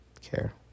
care